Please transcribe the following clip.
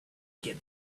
get